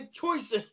choices